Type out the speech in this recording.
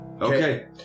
Okay